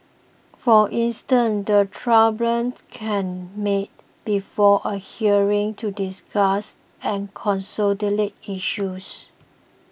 for instance the tribunal can meet before a hearing to discuss and consolidate issues